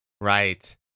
Right